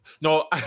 No